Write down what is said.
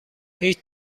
هیچ